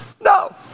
no